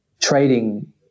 trading